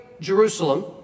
Jerusalem